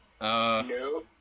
No